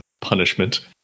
punishment